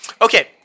Okay